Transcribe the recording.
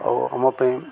ଆଉ ଆମ ପାଇଁ